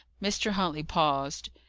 mr. huntley paused.